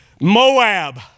Moab